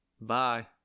Bye